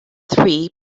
three